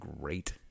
great